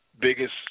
biggest